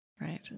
Right